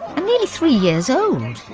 i'm nearly three years old.